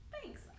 Thanks